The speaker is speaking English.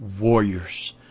warriors